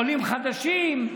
ועולים חדשים,